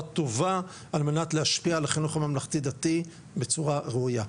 טובה על מנת להשפיע על החינוך הממלכתי דתי בצורה ראויה.